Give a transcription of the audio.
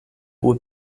would